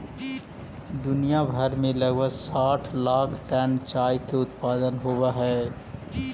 दुनिया भर में लगभग साठ लाख टन चाय के उत्पादन होब हई